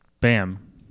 Bam